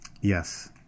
Yes